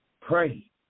pray